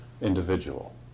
individual